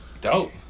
Dope